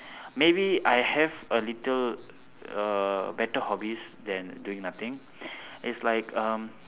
maybe I have a little uh better hobbies than doing nothing it's like um